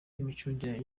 n’imicungire